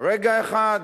רגע אחד,